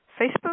Facebook